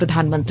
प्रधानमंत्री